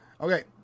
Okay